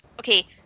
Okay